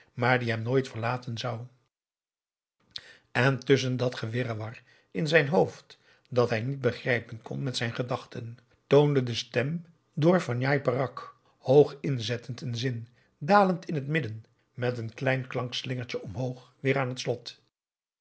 maar die hem nooit verlaten zou en tusschen dat gewirrewar in zijn hoofd dat hij niet grijpen kon met zijn gedachten toonde de stem door van njai peraq hoog inzettend een zin dalend in het midden met een klein klankslingertje omhoog weer aan het slot